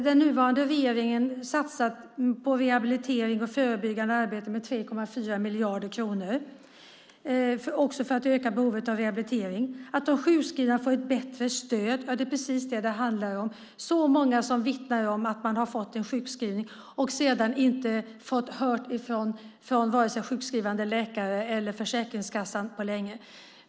Den nuvarande regeringen satsar 3,4 miljarder kronor på rehabilitering och förebyggande arbete också för att öka behovet av rehabilitering. De sjukskrivna ska få bättre stöd. Det är just det som det handlar om. Det är många som vittnar om att man har fått en sjukskrivning och att man sedan inte har hört från vare sig den sjukskrivande läkaren eller Försäkringskassan på länge.